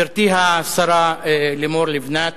גברתי השרה לימור לבנת,